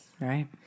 Right